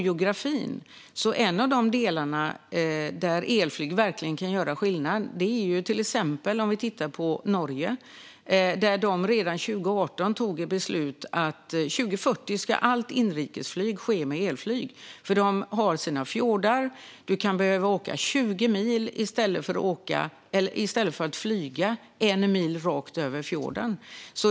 En av de delar där elflyg verkligen kan göra skillnad kan vi se i Norge. Där togs det redan 2018 beslut om att allt inrikesflyg ska ske med elflyg år 2040. De har sina fjordar, och man kan behöva åka 20 mil i stället för att flyga 1 mil rakt över fjorden.